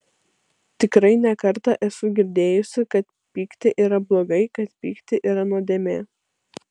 tikrai ne kartą esu girdėjusi kad pykti yra blogai kad pykti yra nuodėmė